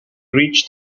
reached